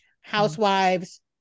housewives